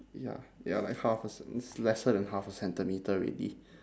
ya ya like half a cen~ it's lesser than half a centimetre already